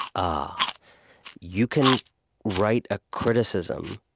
ah you can write a criticism,